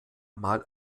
mal